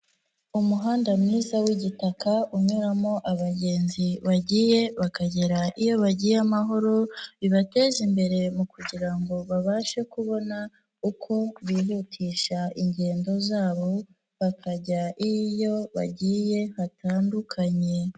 Umuhanda mwiza w'igitaka unyuramo abagenzi bagiye bakagera iyo bagiye amahoro, bibateza imbere mu kugira ngo babashe kubona, uko bihutisha ingendo zabo, bakajya iyo bagiye hatandukanye.